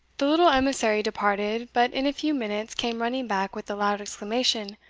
the little emissary departed, but in a few minutes came running back with the loud exclamation,